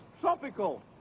tropical